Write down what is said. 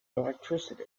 electricity